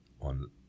on